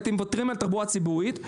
הייתם מוותרים על תחבורה ציבורית,